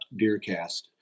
DeerCast